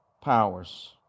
powers